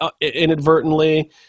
inadvertently